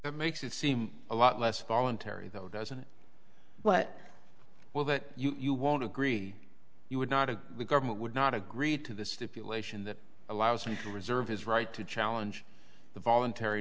it makes it seem a lot less voluntary though doesn't it what well that you won't agree you would not have the government would not agree to the stipulation that allows you to reserve his right to challenge the voluntar